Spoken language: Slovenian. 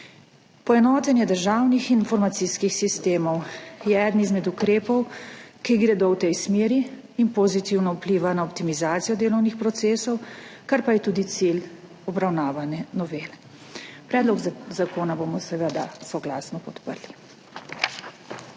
Poenotenje državnih informacijskih sistemov je eden izmed ukrepov, ki gredo v tej smeri in pozitivno vplivajo na optimizacijo delovnih procesov, kar pa je tudi cilj obravnavane novele. Predlog zakona bomo seveda soglasno podprli.